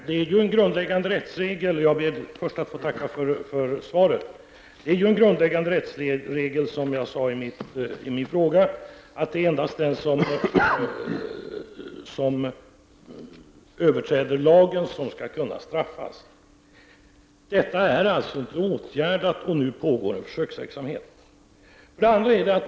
Herr talman! Jag ber först att få tacka för svaret. Det är ju en grundläggande rättsregel, som jag framhållit i min fråga, att endast den som överträder lagen skall kunna straffas. Detta är alltså inte åtgärdat, och nu pågår en försöksverksamhet.